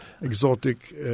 exotic